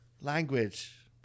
Language